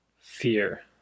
fear